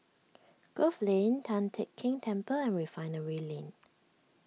Grove Lane Tian Teck Keng Temple and Refinery Lane